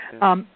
Yes